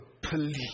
please